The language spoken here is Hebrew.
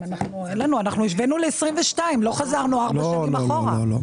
אנחנו השווינו ל-2022, לא חזרנו 4 שנים אחורה.